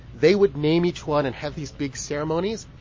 they would name each one and have these big ceremonies.